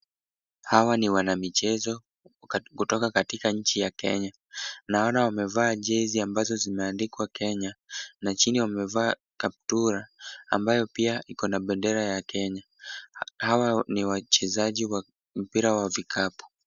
Hawa ni wanamichezo kutoka katika nchi ya Kenya. Naona wamevaa jezi ambazo zimeandikwa Kenya na chini wamevaa kaptula ambayo pia iko na bendera ya Kenya. Hawa ni wachezaji wa mpira wa vikapu.